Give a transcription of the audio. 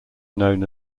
known